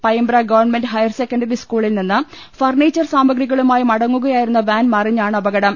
Payimbra government higher secondary സ് കൂളിൽ നിന്ന് ഫർണ്ണീച്ചർ സാമഗ്രികളുമായി മടങ്ങുകയായിരുന്ന വാൻ മറിഞ്ഞാണ് അപകടം